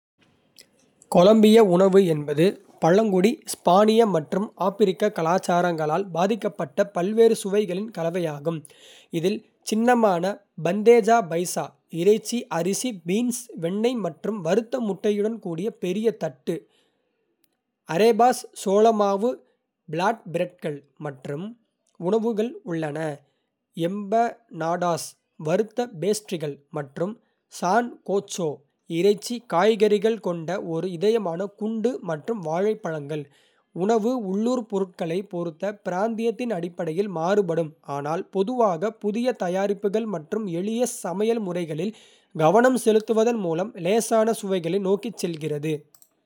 கொலம்பிய உணவு என்பது பழங்குடி, ஸ்பானிய மற்றும் ஆப்பிரிக்க கலாச்சாரங்களால் பாதிக்கப்பட்ட பல்வேறு சுவைகளின் கலவையாகும். இதில் சின்னமான பந்தேஜா பைசா இறைச்சி, அரிசி, பீன்ஸ், வெண்ணெய் மற்றும் வறுத்த முட்டையுடன் கூடிய பெரிய தட்டு), அரேபாஸ் (சோள மாவு பிளாட்பிரெட்கள்) போன்ற உணவுகள் உள்ளன. எம்பனாடாஸ் (வறுத்த பேஸ்ட்ரிகள்), மற்றும் சான்கோச்சோ (இறைச்சி, காய்கறிகள் கொண்ட ஒரு இதயமான குண்டு, மற்றும் வாழைப்பழங்கள்). உணவு உள்ளூர் பொருட்களைப் பொறுத்து பிராந்தியத்தின் அடிப்படையில் மாறுபடும், ஆனால் பொதுவாக புதிய தயாரிப்புகள் மற்றும் எளிய சமையல் முறைகளில் கவனம் செலுத்துவதன் மூலம் லேசான சுவைகளை நோக்கிச் செல்கிறது.